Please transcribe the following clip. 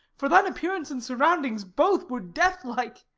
for thine appearance and surroundings both were deathlike.